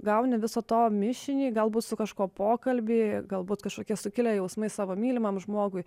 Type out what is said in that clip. gauni viso to mišinį galbūt su kažkuo pokalbį galbūt kažkokie sukilę jausmai savo mylimam žmogui